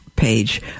Page